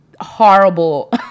horrible